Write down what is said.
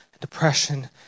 depression